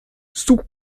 son